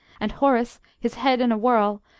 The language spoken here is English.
and horace, his head in a whirl,